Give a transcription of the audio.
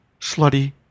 slutty